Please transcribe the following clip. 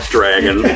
Dragon